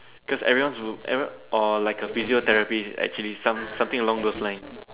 cause everyone everyone or like a physiotherapy actually some something along those line